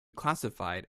classified